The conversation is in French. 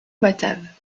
batave